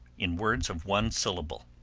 in words of one syllable.